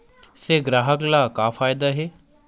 से ग्राहक ला का फ़ायदा हे?